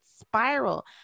spiral